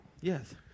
Yes